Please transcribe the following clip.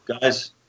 guys